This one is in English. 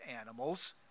animals